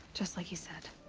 just like he said.